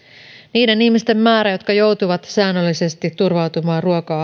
niiden ihmisten määrä jotka joutuvat säännöllisesti turvautumaan ruoka